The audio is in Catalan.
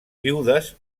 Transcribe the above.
viudes